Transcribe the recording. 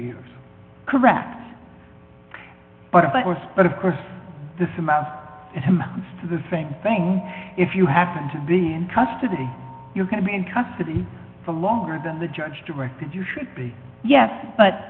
years correct but worse but of course this amount it amounts to the same thing if you happen to be custody you're going to be in custody for longer than the judge directed you should be yes